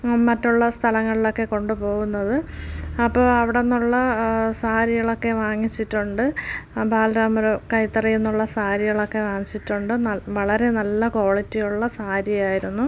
മറ്റുള്ള സ്ഥലങ്ങളിലൊക്കെ കൊണ്ടു പോകുന്നത് അപ്പം അവിടെനിന്നുള്ള സാരികളൊക്കെ വാങ്ങിച്ചിട്ടുണ്ട് ബാലരാമപുരം കൈത്തറി എന്നുള്ള സാരികളൊക്കെ വാങ്ങിച്ചിട്ടുണ്ട് വളരെ നല്ല ക്വാളിറ്റി ഉള്ള സാരിയായിരുന്നു